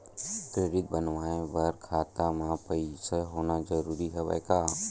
Credit बनवाय बर खाता म पईसा होना जरूरी हवय का?